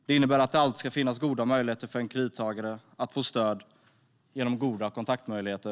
Det innebär att det alltid ska vara möjligt för en kredittagare att få stöd genom goda kontaktmöjligheter.